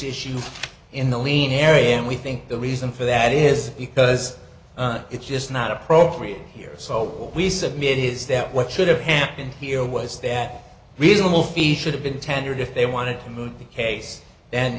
issue in the lean area and we think the reason for that is because it's just not appropriate here so we submit is that what should have happened here was that reasonable fee should have been tendered if they wanted to move the case and